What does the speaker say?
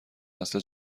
نسل